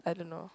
I don't know